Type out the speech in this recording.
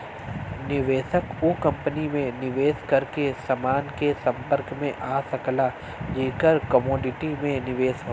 निवेशक उ कंपनी में निवेश करके समान के संपर्क में आ सकला जेकर कमोडिटी में निवेश हौ